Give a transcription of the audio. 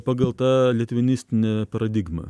pagal tą litvinistinę paradigmą